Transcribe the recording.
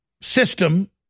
system